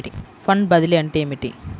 Fund బదిలీ అంటే ఏమిటి?